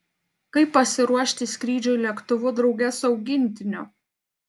kaip pasiruošti skrydžiui lėktuvu drauge su augintiniu